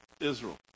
Israel